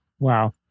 Wow